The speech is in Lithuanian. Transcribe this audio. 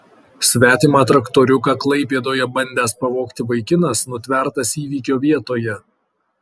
svetimą traktoriuką klaipėdoje bandęs pavogti vaikinas nutvertas įvykio vietoje